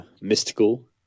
mystical